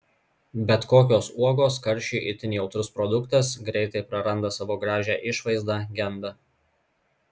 bet kokios uogos karščiui itin jautrus produktas greitai praranda savo gražią išvaizdą genda